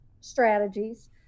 strategies